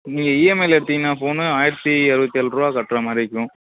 நீங்கள் இஎம்ஐயில் எடுத்தீங்கன்னா ஃபோனு ஆயிரத்தி எழுவத்தி ஏழுருவா கட்டுறா மாதிரி இருக்கும்